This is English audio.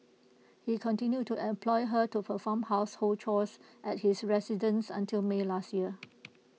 he continued to employ her to perform household chores at his residence until may last year